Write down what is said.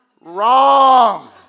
Wrong